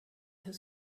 his